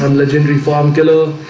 um legit reform killer.